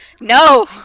No